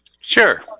sure